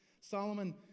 Solomon